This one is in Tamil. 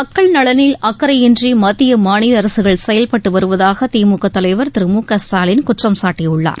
மக்கள் நலனில் அக்கறையின்றி மத்திய மாநில அரசுகள் செயல்பட்டு வருவதாக திமுக தலைவர் திரு மு க ஸ்டாலின் குற்றம் சாட்டியுள்ளார்